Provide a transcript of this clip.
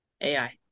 ai